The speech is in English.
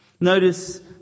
Notice